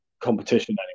competition